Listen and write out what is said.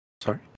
Sorry